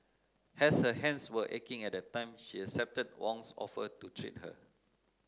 as her hands were aching at that time she accepted Wong's offer to treat her